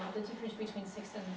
in the difference between six and